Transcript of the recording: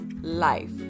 Life